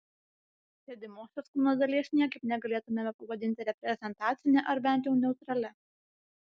sėdimosios kūno dalies niekaip negalėtumėme pavadinti reprezentacine ar bent jau neutralia